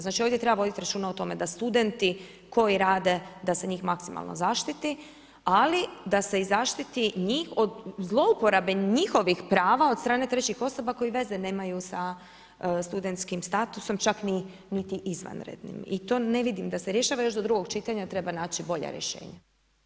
Znači ovdje treba vodit računa o tome da studenti koji rade, da se njih maksimalno zaštiti, ali da se i zaštiti njih od zlouporabe njihovih prava od strane trećih osoba koji veze nemaju sa studentskim statusom, čak niti izvanrednim i to ne vidim da se rješava, još do drugog čitanja treba naći bolja rješenja.